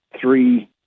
three